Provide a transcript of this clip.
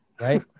Right